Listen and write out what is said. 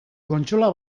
kontsola